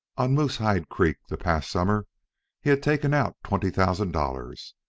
on moosehide creek the past summer he had taken out twenty thousand dollars,